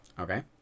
Okay